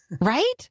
Right